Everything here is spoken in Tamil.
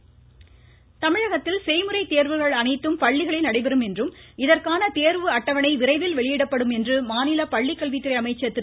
செங்கோட்டையன் தமிழகத்தில் செய்முறை தேர்வுகள் அனைத்தும் பள்ளிகளில் நடைபெறும் என்றும் இதற்கான தேர்வு அட்டவணை விரைவில் வெளியிடப்படும் என்றும் மாநில பள்ளிக்கல்வித்துறை அமைச்சர் திரு